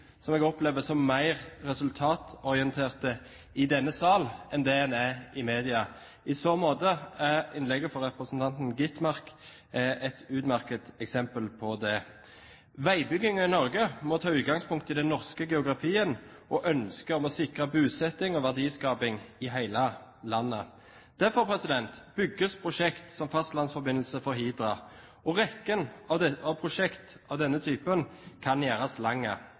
jeg opplever som mer resultatorienterte i denne sal enn det en er i media. I så måte er innlegget fra representanten Skovholt Gitmark et utmerket eksempel på det. Veibygging i Norge må ta utgangspunkt i den norske geografien og ønsket om å sikre bosetting og verdiskaping i hele landet. Derfor bygges prosjekter som fastlandforbindelse for Hidra, og rekken av prosjekter av denne typen kan gjøres